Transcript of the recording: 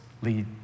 lead